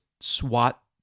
swat